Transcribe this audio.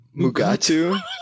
Mugatu